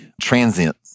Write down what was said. transient